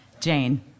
Jane